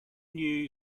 new